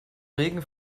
regen